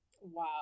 wow